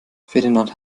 ferdinand